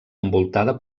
envoltada